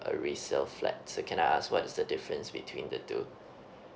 a resale flat so can I ask what's the difference between the two